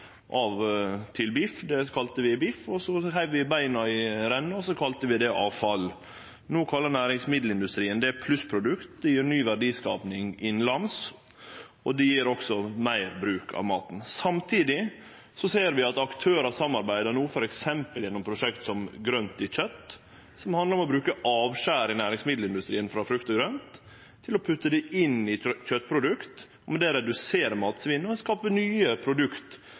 av til biff, biff. Så heiv vi beina i renna og kalla det avfall. No kallar næringsmiddelindustrien det plussprodukt. Det gjev ny verdiskaping innanlands, og det gjev også meir bruk av maten. Samtidig ser vi at aktørar no samarbeider, f.eks. gjennom prosjekt som GRØNTiKJØTT, som handlar om å putte avskjer frå frukt og grønt i næringsmiddelindustrien inn i kjøtprodukt og med det redusere matsvinnet og skape nye produkt til forbrukarane. Det er på veg inn i